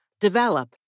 develop